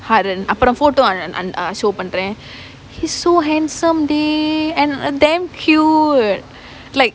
haran அப்புறம்:appuram photo show பண்றேன்:pandraen he so handsome டி:di and damn cute like